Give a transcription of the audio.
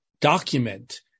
document